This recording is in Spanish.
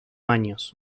años